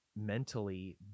mentally